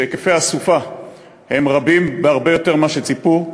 שהיקפי הסופה הם גדולים בהרבה יותר ממה שציפו,